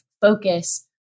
focus